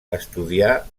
estudià